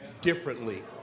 differently